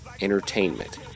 entertainment